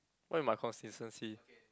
what you mean my consistency